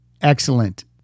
excellent